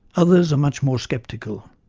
others are much more sceptical,